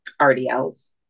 RDLs